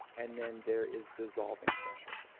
and then there is dissolving pressure.